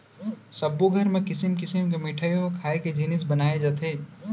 सब्बो घर म किसम किसम के मिठई अउ खाए के जिनिस बनाए जाथे